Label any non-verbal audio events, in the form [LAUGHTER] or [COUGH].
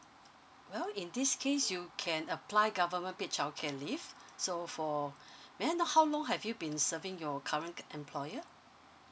well in this case you can apply government paid childcare leave so for [BREATH] may I know how long have you been serving your current employer